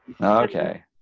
Okay